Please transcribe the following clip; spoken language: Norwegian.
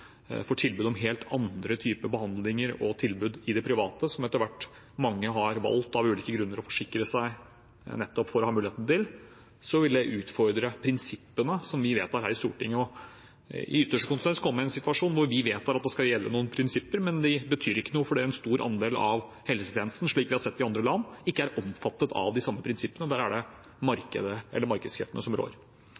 får tilbud om helt andre typer behandlinger og tilbud i det private – som mange etter hvert, av ulike grunner, har valgt å forsikre seg for nettopp å ha mulighet til – vil det utfordre prinsippene som vi vedtar her i Stortinget. I ytterste konsekvens kan vi komme i en situasjon hvor vi vedtar at det skal gjelde noen prinsipper, men at de ikke betyr noe, fordi en stor andel av helsetjenestene ikke er omfattet av de samme prinsippene, slik vi har sett i andre land. Der er det